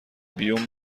بیوم